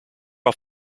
off